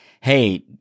hey